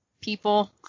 people